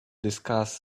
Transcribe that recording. discuss